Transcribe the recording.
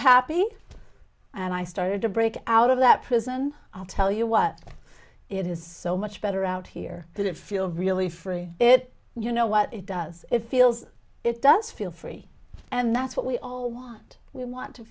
happy and i started to break out of that prison i'll tell you what it is so much better out here that it feel really free it you know what it does it feels it does feel free and that's what we all want we want to